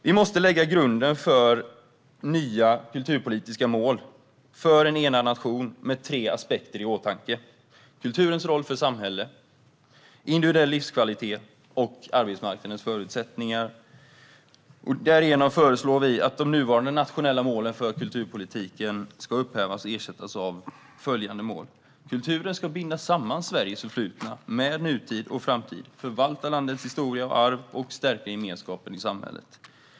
Vi måste lägga grunden för nya kulturpolitiska mål för en enad nation med tre aspekter i åtanke: kulturens roll för samhället, individuell livskvalitet och arbetsmarknadens förutsättningar. Vi föreslår att de nuvarande nationella målen för kulturpolitiken ska upphävas och ersättas av följande mål: Kulturen ska binda samman Sveriges förflutna med nutid och framtid, förvalta landets historia och arv samt stärka gemenskapen i samhället.